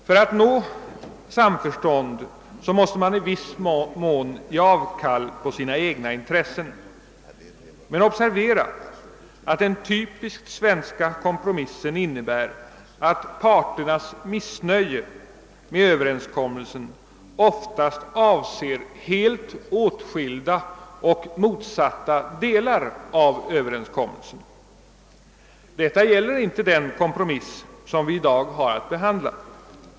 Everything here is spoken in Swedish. För att nå samförstånd måste man i viss mån ge avkall på sina egna intressen, men observera att den typiskt svenska kompromissen innebär att parternas missnöje med en Ööverenskommelse oftast avser helt åtskilda och motsatta delar av denna. Detta gäller inte den kompromiss som vi i dag har att behandla.